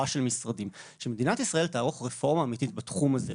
של משרדים תערוך רפורמה אמיתית בתחום הזה.